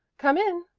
come in,